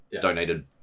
donated